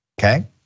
Okay